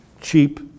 cheap